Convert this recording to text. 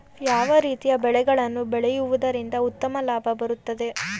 ಯಾವ ರೀತಿಯ ಬೆಳೆಗಳನ್ನು ಬೆಳೆಯುವುದರಿಂದ ಉತ್ತಮ ಲಾಭ ಬರುತ್ತದೆ?